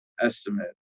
estimate